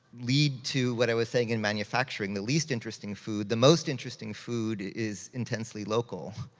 lead to what i was saying in manufacturing, the least interesting food. the most interesting food is intensely local.